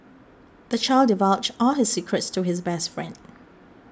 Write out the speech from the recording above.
the child divulged all his secrets to his best friend